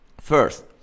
first